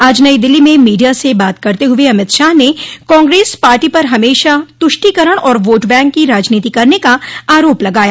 आज नई दिल्ली में मीडिया से बात करते हुए अमित शाह ने कांग्रेस पार्टी पर हमेशा तुष्टिकरण और वोट बैंक की राजनीति करने का आरोप लगाया